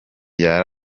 yari